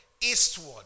eastward